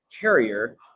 carrier